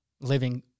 living